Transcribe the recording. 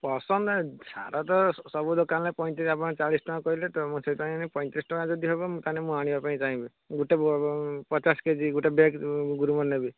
ପସନ୍ଦ ନାହିଁ ସାର ତ ସବୁ ଦୋକାନରେ ପଇଁତିରିଶ ଆପଣ ଚାଳିଶ ଟଙ୍କା କହିଲେ ତ ମୁଁ ସେଥିପାଇଁ କହିଲି ପଇଁତିରିଶ ଟଙ୍କା ଯଦି ହେବ ମୁଁ ତାହେଲେ ମୁଁ ଆଣିବା ପାଇଁ ଚାହିଁବି ଗୋଟେ ପଚାଶ କେ ଜି ଗୋଟେ ବ୍ୟାଗ୍ ଗ୍ରୋମର୍ ନେବି